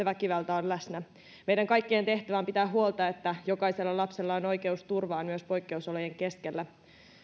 väkivalta on läsnä meidän kaikkien tehtävä on pitää huolta että jokaisella lapsella on oikeus turvaan myös poikkeusolojen keskellä